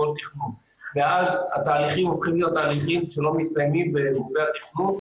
ואז התהליכים הופכים להיות תהליכים שלא מסתיימים בגופי התכנון,